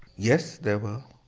yes, there were.